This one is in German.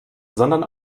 sondern